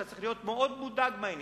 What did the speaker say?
שאתה צריך להיות מאוד מודאג מאוד מזה.